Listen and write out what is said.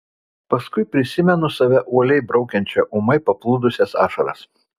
paskui prisimenu save uoliai braukiančią ūmai paplūdusias ašaras